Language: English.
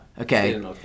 Okay